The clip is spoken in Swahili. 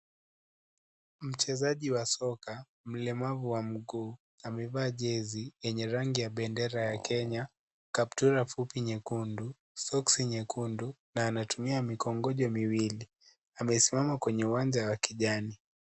Mchezaji wa soka, mlemavu wa mguu amevaa jezi yenye rangi ya bendera ya Kenya, kaptura fupi nyekundu, soksi nyekundu na anatumia mikongojo miwili amesimama kwenye uwanja wa kijani